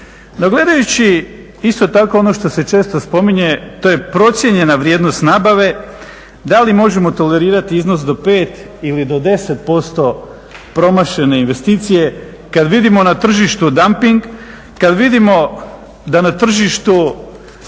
No gledajući isto tako ono što se često spominje to je procijenjena vrijednost nabave da li možemo tolerirati iznos do pet ili do 10% promašene investicije kad vidimo na tržištu damping, kad vidimo da na tržištu